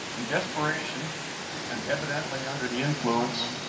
in desperation and evidently under the influence,